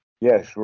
Yes